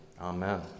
Amen